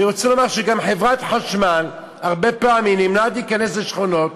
אני רוצה לומר לך שגם חברת החשמל הרבה פעמים נמנעת מלהיכנס לשכונות